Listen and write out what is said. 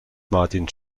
martin